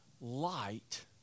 light